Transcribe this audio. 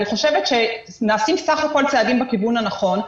אני חושבת שנעשים בסך הכל צעדים בכיוון הנכון.